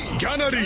ganesh!